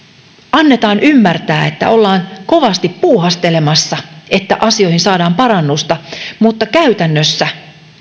annetaan ymmärtää että ollaan kovasti puuhastelemassa että asioihin saadaan parannusta mutta käytännössä